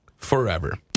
Forever